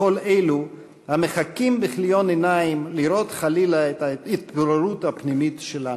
לכל אלו המחכים בכיליון עיניים לראות חלילה את ההתפוררות הפנימית שלנו.